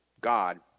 God